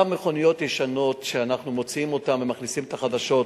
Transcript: אותן מכוניות ישנות שאנחנו מוציאים אותן ומכניסים את החדשות,